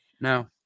no